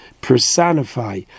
personify